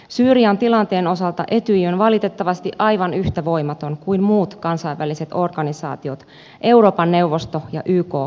syyrian tilanteen osalta etyj on valitettavasti aivan yhtä voimaton kuin muut kansainväliset organisaatiot euroopan neuvosto ja yk mukaan lukien